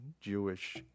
Jewish